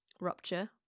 rupture